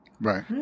Right